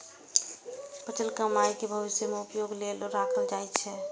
बचल कमाइ कें भविष्य मे उपयोग लेल राखल जाइ छै